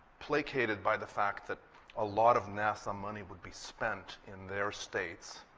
placated by the fact that a lot of nasa money would be spent in their states.